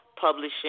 publishing